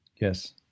Yes